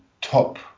top